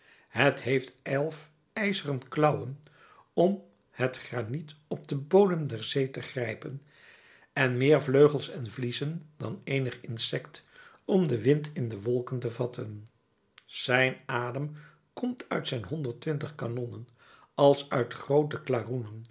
het heeft elf ijzeren klauwen om het graniet op den bodem der zee te grijpen en meer vleugels en vliezen dan eenig insect om den wind in de wolken te vatten zijn adem komt uit zijn honderd twintig kanonnen als uit groote